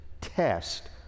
test